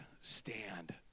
stand